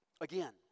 again